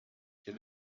quel